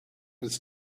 was